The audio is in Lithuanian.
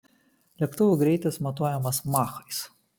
lėktuvų greitis matuojamas machais